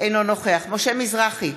אינו נוכח משה מזרחי,